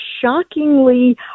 shockingly